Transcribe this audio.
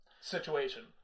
situation